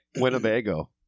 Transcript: Winnebago